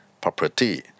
property